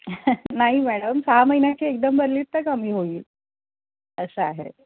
नाही मॅडम सहा महिन्याची एकदम भरली तर कमी होईल असं आहे